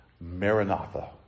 Maranatha